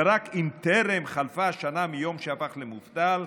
רק אם טרם חלפה שנה מיום שהפך למובטל.